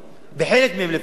חלק מהם לפחות,